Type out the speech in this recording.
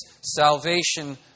Salvation